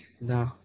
No